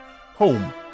home